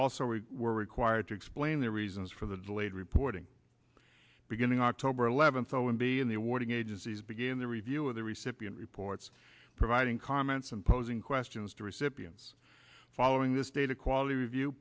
also we were required to explain their reasons for the delayed reporting beginning october eleventh o m b and the awarding agencies begin their review of the recipient reports providing comments and posing questions to recipients following this data quality review